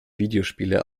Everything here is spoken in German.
videospiele